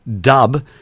dub